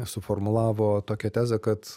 suformulavo tokią tezę kad